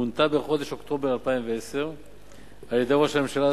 מונתה בחודש אוקטובר 2010 על-ידי ראש הממשלה,